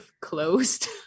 closed